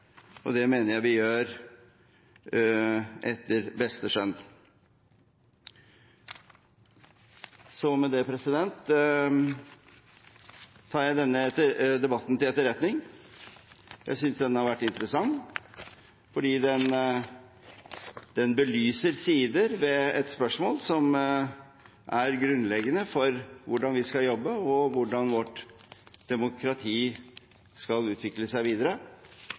og det mener jeg vi gjør etter beste skjønn. Med det tar jeg denne debatten til etterretning. Jeg synes den har vært interessant fordi den belyser sider ved et spørsmål som er grunnleggende for hvordan vi skal jobbe, og hvordan vårt demokrati skal utvikle seg videre,